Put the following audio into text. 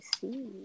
see